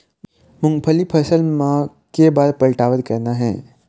मूंगफली फसल म के बार पलटवार करना हे?